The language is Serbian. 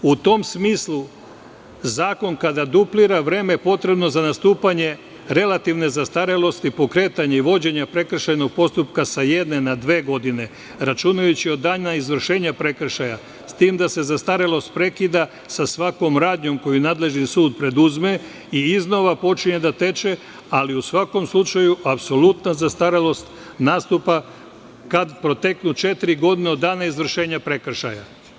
U tom smislu, zakon kada duplira vreme potrebno za nastupanje relativne zastarelosti, pokretanja i vođenja prekršajnog postupka sa jedne na dve godine, računajući od dana izvršenja prekršaja, s tim da se zastarelost prekida sa svakom radnjom koju nadležni sud preduzme i iznova počinje da teče, ali u svakom slučaju, apsolutna zastarelost nastupa kada proteknu četiri godine od dana izvršenja prekršaja.